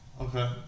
Okay